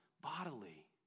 bodily